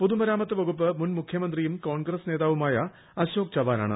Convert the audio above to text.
പൊതുമരാമത്ത് വകുപ്പ് മുൻ മുഖ്യമന്ത്രിയും കോൺഗ്ര്സ്സ് നേതാവുമായ അശോക് ചവാനാണ്